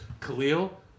Khalil